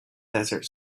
desert